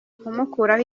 kumukuraho